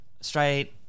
Straight